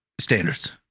standards